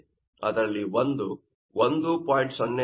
ಅದರಲ್ಲಿ ಒಂದು 1